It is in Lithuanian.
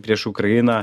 prieš ukrainą